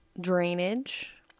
drainage